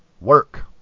Work